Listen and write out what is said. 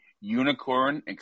unicorn